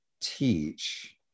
teach